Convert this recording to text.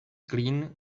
clean